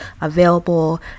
available